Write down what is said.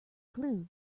clue